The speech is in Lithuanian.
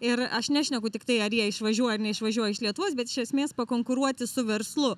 ir aš nešneku tiktai ar jie išvažiuoja ar neišvažiuoja iš lietuvos bet iš esmės pakonkuruoti su verslu